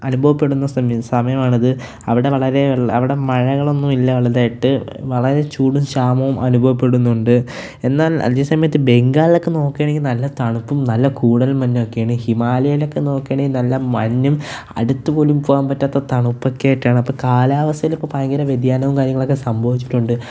അനുഭവപ്പെടുന്ന സമയമാണിത് അവിടെ വളരെ അവിടെ മഴകളൊന്നുമില്ല വലുതായിട്ട് വളരെ ചൂടും ക്ഷാമവും അനുഭവപ്പെടുന്നുണ്ട് എന്നാൽ അതേ സമയത്ത് ബംഗാളൊക്കെ നോക്കേണെങ്കിൽ നല്ല തണുപ്പും നല്ല കൂടൽ മഞ്ഞൊക്കെയാണ് ഹിമാലയയിലൊക്കെ നോക്കാണെങ്കിൽ നല്ല മഞ്ഞും അടുത്തുപോലും പോകാൻ പറ്റാത്ത തണുപ്പൊക്കെയായിട്ടാണ് അപ്പോള് കാലാവസ്ഥയിൽ ഇപ്പോള് ഭയങ്കര വ്യതിയാനവും കാര്യങ്ങളൊക്കെ സംഭവിച്ചിട്ടുണ്ട്